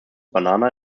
banana